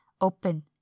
open